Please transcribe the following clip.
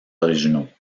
originaux